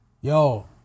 Yo